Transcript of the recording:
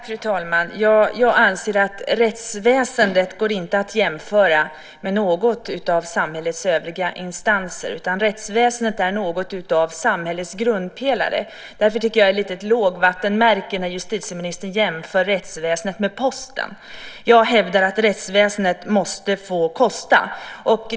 Fru talman! Jag anser att rättsväsendet inte går att jämföra med någon av samhällets övriga instanser. Rättsväsendet är något av samhällets grundpelare. Därför tycker jag att det är ett litet lågvattenmärke när justitieministern jämför rättsväsendet med posten. Jag hävdar att rättsväsendet måste få kosta.